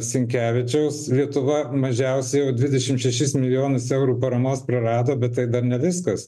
sinkevičiaus lietuva mažiausiai jau dvidešim šešis milijonus eurų paramos prarado bet tai dar ne viskas